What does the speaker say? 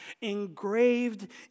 engraved